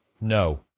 No